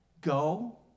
Go